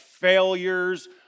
failures